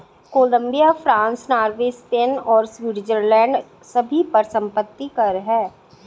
Colombia, France, Norway, Spain और Switzerland सभी पर संपत्ति कर हैं